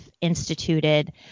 instituted